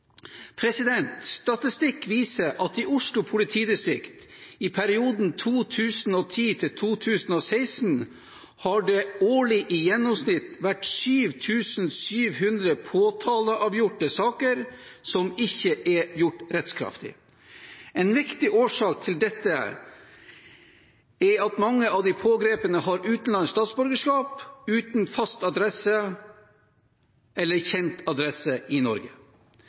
Statistikk viser at det i Oslo politidistrikt i perioden 2010–2016 årlig i gjennomsnitt har vært 7 700 påtaleavgjorte saker som ikke er gjort rettskraftig. En viktig årsak til dette er at mange av de pågrepne har utenlandsk statsborgerskap uten fast adresse eller kjent adresse i Norge.